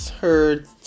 heard